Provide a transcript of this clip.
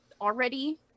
already